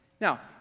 Now